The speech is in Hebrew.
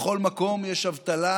בכל מקום יש אבטלה,